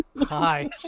hi